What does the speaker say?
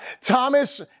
Thomas